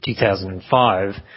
2005